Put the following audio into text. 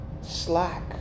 slack